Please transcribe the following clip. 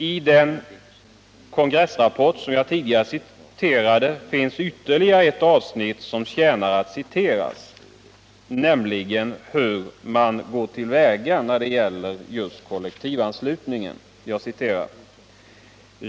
I det snabbprotokoll från den socialdemokratiska partikongressen som jag tidigare citerat finns ytterligare ett avsnitt som förtjänar att citeras, nämligen det om hur man går till väga när det gäller att kollektivansluta: ”2.